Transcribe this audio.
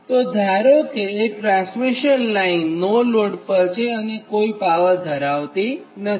તો ધારો કે એક ટ્રાન્સમિશન લાઇન નો લોડ પર છે અને કોઇ પાવર ધરાવતી નથી